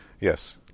Yes